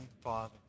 father